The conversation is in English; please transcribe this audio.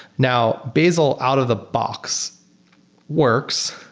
now, bazel out of the box works.